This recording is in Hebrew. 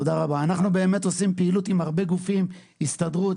אנחנו באמת עושים פעילות עם הרבה גופים: הסתדרות,